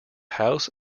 house